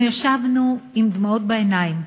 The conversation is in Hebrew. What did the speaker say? אנחנו ישבנו עם דמעות בעיניים